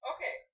Okay